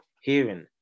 hearing